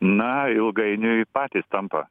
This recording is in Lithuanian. na ilgainiui patys tampa